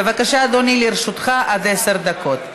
בבקשה, אדוני, לרשותך עד עשר דקות.